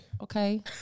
Okay